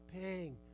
paying